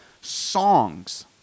songs